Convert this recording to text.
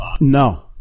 No